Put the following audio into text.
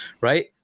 right